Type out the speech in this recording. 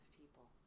people